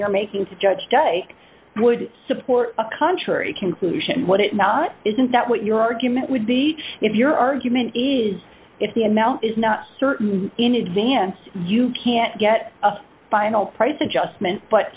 you're making to judge day would support a contrary conclusion what it not isn't that what your argument would be if your argument is if the amount is not certain in advance you can't get final price adjustment but